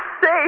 safe